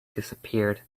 disappeared